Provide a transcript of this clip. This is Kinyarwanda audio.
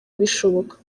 bishoboka